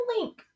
link